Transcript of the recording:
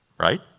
right